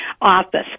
office